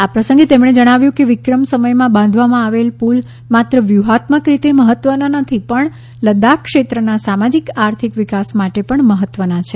આ પ્રસંગે રાજનાથસિંહે જણાવ્યું કે વિક્રમ સમયમાં બાંધવામાં આવેલા પુલ માત્ર વ્યૂહાત્મક રીતે મહત્ત્વના નથી પણ લદ્દાખ ક્ષેત્રના સામાજિક આર્થિક વિકાસ માટે પણ મહત્ત્વના છે